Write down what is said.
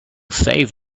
save